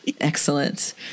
Excellent